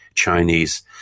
Chinese